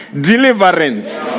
deliverance